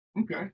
Okay